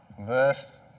verse